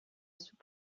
sous